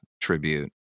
tribute